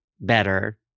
better